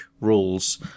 rules